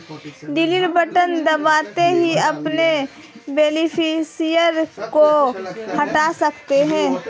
delete button दबाते ही आप बेनिफिशियरी को हटा सकते है